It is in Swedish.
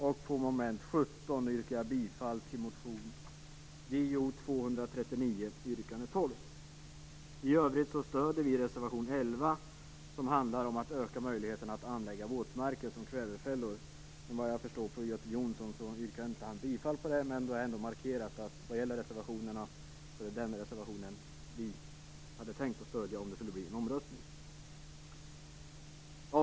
Under mom. 17 yrkar jag bifall till motion Jo239 yrkande 12. I övrigt stöder vi reservation 11, som handlar om att öka möjligheterna att anlägga våtmarker som kvävefällor. Men såvitt jag förstår av Göte Jonsson yrkade han inte bifall till den reservationen. Men jag har härmed ändå markerat att det är den reservation som vi hade tänkt att stödja om det skulle bli en omröstning. Fru talman!